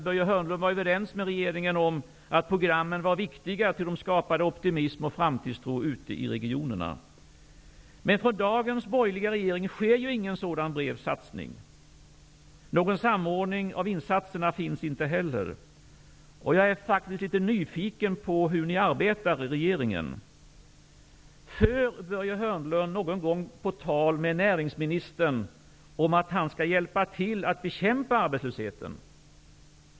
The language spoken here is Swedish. Börje Hörnlund var överens med regeringen om att programmen var viktiga, ty de skapade optimism och framtidstro ute i regionerna. Dagens borgerliga regering gör ingen sådan bred satsning. Någon samordning av insatserna finns inte heller. Jag är litet nyfiken på hur ni arbetar i regeringen. För Börje Hörnlund någon gång på tal med näringsministern att han skall hjälpa till att bekämpa arbetslösheten?